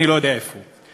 אני לא יודע איפה הוא.